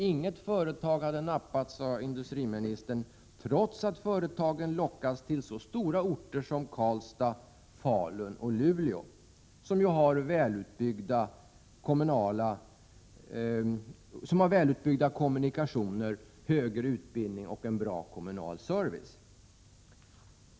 Inget företag hade nappat, sade industriministern, trots att företagen lockades till så stora orter som Karlstad, Falun och Luelå, vilka har välutbyggda kommunikationer, högre utbildning och bra kommunal service.